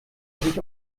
sich